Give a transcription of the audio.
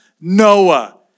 Noah